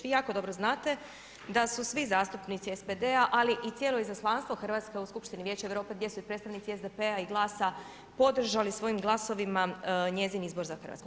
Vi jako dobro znate da su svi zastupnici SPD-a ali i cijelo izaslanstvo Hrvatske u Skupštini Vijeća Europe gdje su i predstavnici SDP-a i GLASA podržali svojim glasovima njezin izbor za Hrvatsku.